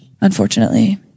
unfortunately